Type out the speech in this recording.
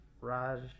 Raj